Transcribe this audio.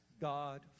God